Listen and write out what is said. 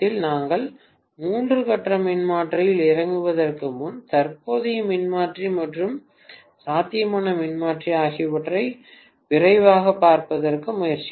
நாங்கள் மூன்று கட்ட மின்மாற்றியில் இறங்குவதற்கு முன் தற்போதைய மின்மாற்றி மற்றும் சாத்தியமான மின்மாற்றி ஆகியவற்றை விரைவாகப் பார்ப்பதற்கு முயற்சிப்போம்